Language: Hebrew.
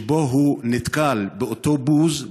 שבו הוא נתקל באותו בוז,